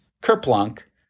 Kerplunk